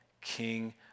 King